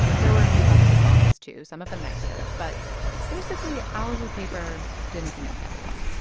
there were a few other responses, too, some of them nicer. but basically, alice's paper didn't convince everyone.